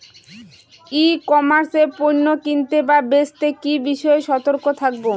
ই commerce এ পণ্য কিনতে বা বেচতে কি বিষয়ে সতর্ক থাকব?